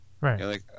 Right